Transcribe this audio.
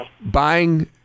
buying